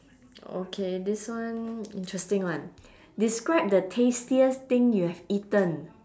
okay this one interesting one describe the tastiest thing you have eaten